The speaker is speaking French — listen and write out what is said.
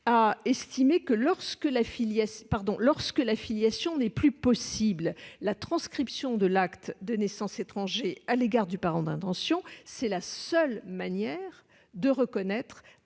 a estimé que lorsque la filiation n'est plus possible, la transcription de l'acte de naissance étranger à l'égard du parent d'intention est la seule manière de reconnaître